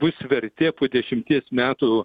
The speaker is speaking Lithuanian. bus vertė po dešimties metų